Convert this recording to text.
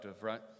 right